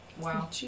wow